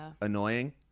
annoying